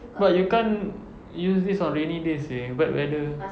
but you can't use this on rainy days seh wet weather